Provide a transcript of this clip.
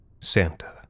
Santa